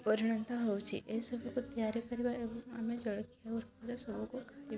ପରିଣତ ହେଉଛି ଏସବୁକୁ ତିଆରି କରିବା ଆମେ ଜଳଖିଆ ସବୁକୁ